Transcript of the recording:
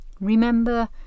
Remember